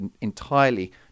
entirely